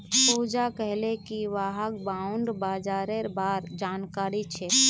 पूजा कहले कि वहाक बॉण्ड बाजारेर बार जानकारी छेक